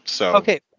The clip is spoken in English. Okay